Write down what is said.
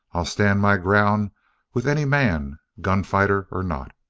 i'll stand my ground with any man, gun-fighter or not!